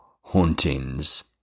hauntings